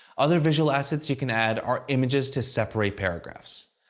other visual assets you can add are images to separate paragraphs.